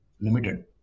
limited